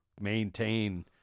maintain